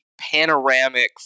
panoramic